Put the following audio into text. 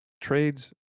trades